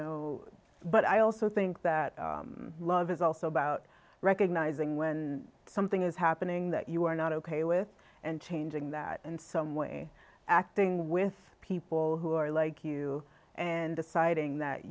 know but i also think that love is also about recognizing when something is happening that you are not ok with and changing that and some way acting with people who are like you and deciding that